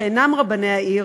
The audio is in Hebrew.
שאינם רבני עיר,